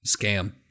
scam